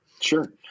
Sure